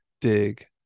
dig